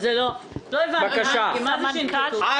מה זה "שינקטו", מה,